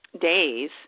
days